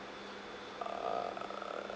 err